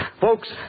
Folks